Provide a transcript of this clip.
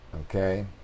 Okay